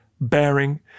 bearing